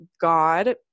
God